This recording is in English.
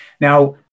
Now